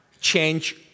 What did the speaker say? change